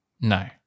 No